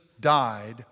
died